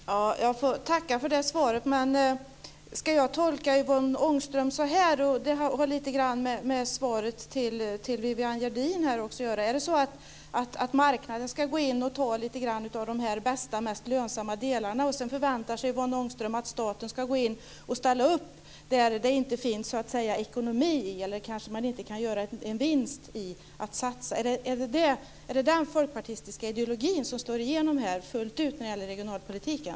Fru talman! Jag får tacka för det svaret. Ska jag tolka Yvonne Ångström så - och det har lite grann med svaret till Viviann Gerdin att göra också - att marknaden ska gå in och ta lite grann av de bästa och mest lönsamma delarna, och sedan förväntar sig Yvonne Ångström att staten ska ställa upp där man inte kan göra en vinst? Är det den folkpartistiska ideologin som slår igenom här när det gäller regionalpolitiken?